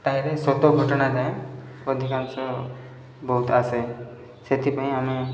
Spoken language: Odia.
ତାହିଁରେ ସତ ଘଟଣା ଯାଏଁ ଅଧିକାଂଶ ବହୁତ ଆସେ ସେଥିପାଇଁ ଆମେ